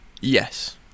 Yes